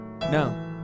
No